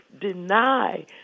deny